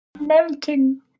Melting